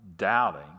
Doubting